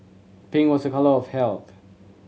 pink was a colour of health